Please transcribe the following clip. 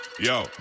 Yo